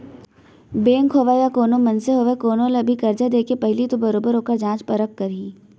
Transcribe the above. bank होवय या कोनो मनसे होवय कोनो ल भी करजा देके पहिली तो बरोबर ओखर जाँच परख करही